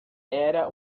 era